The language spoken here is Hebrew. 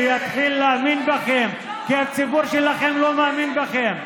שיתחיל להאמין בכם, כי הציבור שלכם לא מאמין בכם.